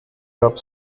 gab